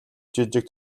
жижиг